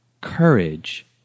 courage